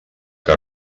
que